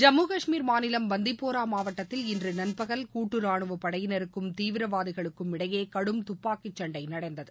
ஜம்மு காஷ்மீர் மாநிலம் பந்திப்போரா மாவட்டத்தில் இன்று நண்பகல் கூட்டு ராணுவப்படையினருக்கும் தீவிரவாதிகளுக்கும் இடையே கடும் துப்பாக்கிச் சண்டை நடந்தது